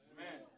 Amen